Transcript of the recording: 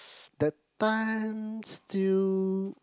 it's that time still